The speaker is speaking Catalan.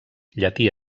llatí